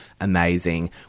Amazing